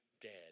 dead